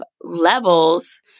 levels